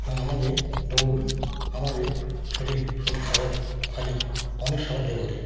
এবং আমাদের দৌড় আমাদের শরীর শরীর খাবার হজমে অনেক সাহায্য করে